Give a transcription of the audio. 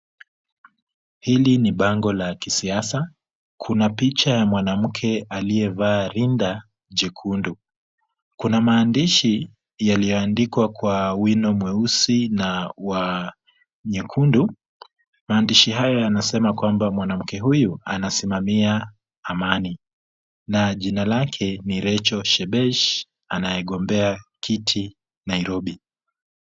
Hili ni bango la kisiasa. Kuna picha ya mwanamke aliyevaa rinda jekundu. Kuna maandishi yaliyoandikwa kwa wino mweusi na wa nyekundu. Maandishi hayo yanasema kwamba mwanamke huyu anasimamia amani na jina lake ni Rachael Shebesh anayegombea kiti Nairobi.